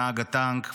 נהג הטנק,